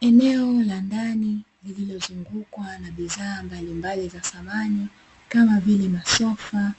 Eneo la ndani lililozungukwa na bidhaa mbalimbali za samani kama vile masofa